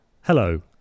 Hello